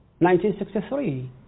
1963